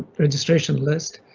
registration list